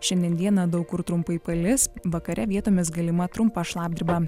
šiandien dieną daug kur trumpai palis vakare vietomis galima trumpa šlapdriba